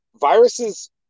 viruses